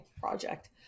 project